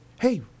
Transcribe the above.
Hey